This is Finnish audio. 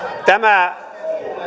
tämä